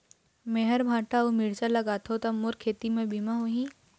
मेहर भांटा अऊ मिरचा लगाथो का मोर खेती के बीमा होही?